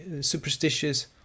superstitious